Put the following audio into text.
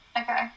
Okay